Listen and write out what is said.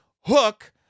Hook